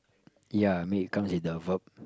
ya mean it comes with the verb